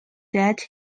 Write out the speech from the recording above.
that